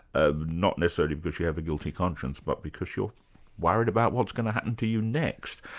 ah not necessarily because you have a guilty conscience, but because you're worried about what's going to happen to you next,